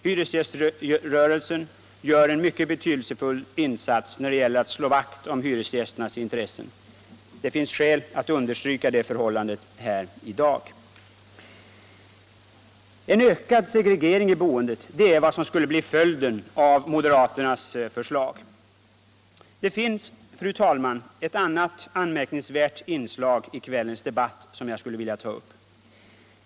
Hyresgäströrelsen gör en mycket betydelsefull insats när det gäller att slå vakt om hyresgästernas intressen. Det finns skäl att understryka det förhållandet här i dag. En ökad segregering i boendet det är vad som skulle bli följden av moderaternas förslag. Det är, fru talman, ett annat anmärkningsvärt inslag i kvällens debatt som jag skulle vilja ta upp.